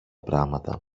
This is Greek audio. πράματα